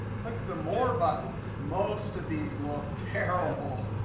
click the more button. most of these look terrible.